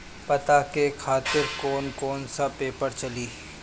पता के खातिर कौन कौन सा पेपर चली?